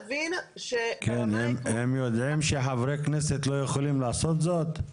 הם יודעים שחברי כנסת לא יכולים לעשות זאת.